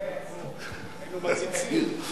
היינו מציצים דרך החור.